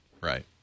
right